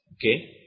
Okay